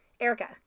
Erica